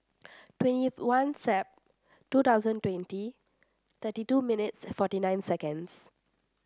twenty one Sep two thousand twenty thirty two minutes forty nine seconds